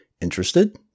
Interested